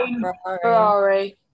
Ferrari